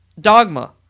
dogma